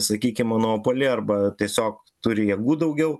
sakykim monopolį arba tiesiog turi jėgų daugiau